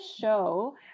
show